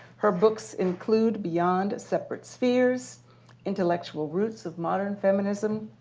her books include beyond separate spheres intellectual roots of modern feminism,